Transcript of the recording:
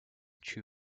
chu